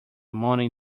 money